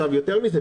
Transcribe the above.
יותר מזה,